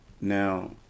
Now